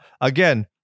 again